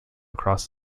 across